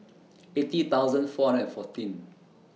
eighty thousand four hundred and fourteen